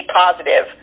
positive